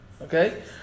Okay